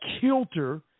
kilter